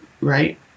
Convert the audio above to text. Right